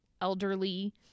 elderly